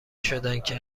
شدندکه